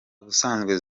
ubusanzwe